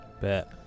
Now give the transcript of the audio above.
Bet